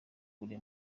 kure